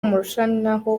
murushaho